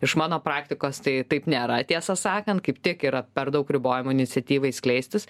iš mano praktikos tai taip nėra tiesą sakant kaip tik yra per daug ribojimų iniciatyvai skleistis